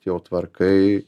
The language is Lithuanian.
jau tvarkai